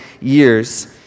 years